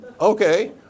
Okay